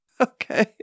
Okay